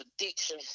addiction